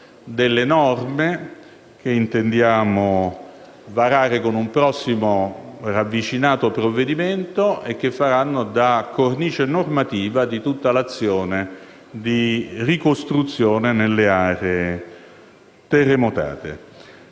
delle norme che intendiamo varare con un prossimo ravvicinato provvedimento, che faranno da cornice normativa a tutta l'azione di ricostruzione nelle aree terremotate.